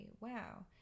Wow